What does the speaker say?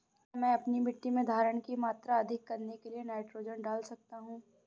क्या मैं अपनी मिट्टी में धारण की मात्रा अधिक करने के लिए नाइट्रोजन डाल सकता हूँ?